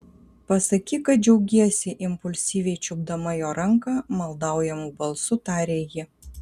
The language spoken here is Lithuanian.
pasakyk kad džiaugiesi impulsyviai čiupdama jo ranką maldaujamu balsu tarė ji